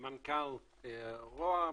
מנכ"ל רוה"מ,